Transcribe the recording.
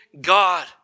God